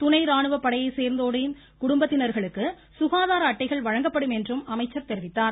துணை ராணுவ படையைச் சேர்ந்தோரின் குடும்பத்தினர்களுக்கு சுகாதார அட்டைகள் வழங்கப்படும் என்றும் அமைச்சர் தெரிவித்தார்